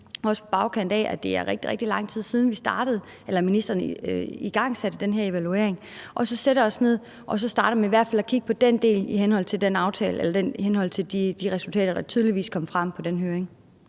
på bagkant af, at det er rigtig, rigtig lang tid siden, ministeren igangsatte den her evaluering – og så sætter os ned og starter med i hvert fald at kigge på den del i henhold til de resultater, der tydeligvis kom frem på den høring?